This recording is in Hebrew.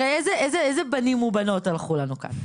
הרי איזה בנים ובנות הלכו לנו כאן?